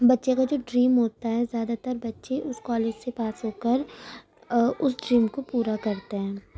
بچے کا جو ڈریم ہوتا ہے زیادہ تر بچے اس کالج سے پاس ہو کر اس ڈریم کو پورا کرتے ہیں